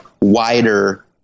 wider